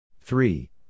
Three